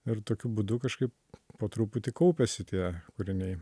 ir tokiu būdu kažkaip po truputį kaupiasi tie kūriniai